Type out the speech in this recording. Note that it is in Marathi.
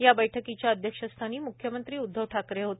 या बैठकीच्या अध्यक्षस्थानी म्ख्यमंत्री उद्धव ठाकरे होते